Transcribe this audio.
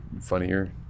funnier